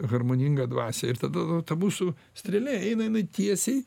harmoningą dvasią ir tada ta mūsų strėlė eina jinai tiesiai